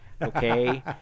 Okay